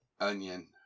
onion